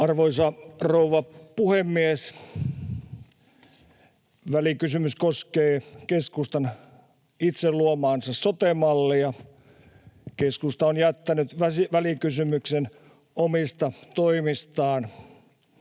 Arvoisa rouva puhemies! Välikysymys koskee keskustan itse luomaansa sote-mallia. Keskusta on jättänyt välikysymyksen omista toimistaan.